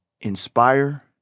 inspire